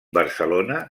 barcelona